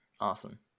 Awesome